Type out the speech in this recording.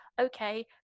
okay